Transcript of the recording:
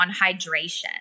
hydration